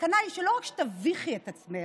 הסכנה היא לא רק שתביכי את עצמך,